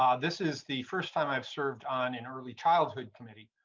um this is the first time i've served on an early childhood committee.